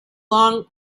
long